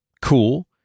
cool